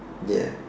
yes